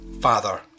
father